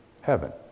heaven